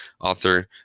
author